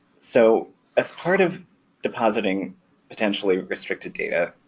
so as part of depositing potentially restricted data